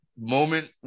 moment